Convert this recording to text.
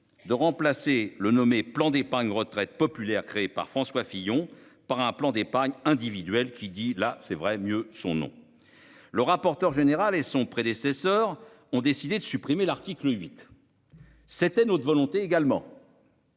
de remplacer le nommer, plan d'épargne retraite populaire créé par François Fillon par un plan d'épargne individuelle qui dit là c'est vrai mieux son nom. Le rapporteur général et son prédécesseur ont décidé de supprimer l'article 8. C'était notre volonté également.